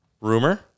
Rumor